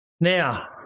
Now